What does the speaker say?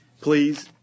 please